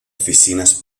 oficinas